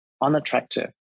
unattractive